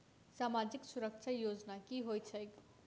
सामाजिक सुरक्षा योजना की होइत छैक?